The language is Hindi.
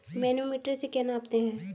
मैनोमीटर से क्या नापते हैं?